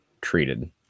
treated